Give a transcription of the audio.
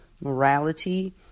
morality